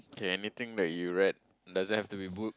okay anything that you read doesn't have to be book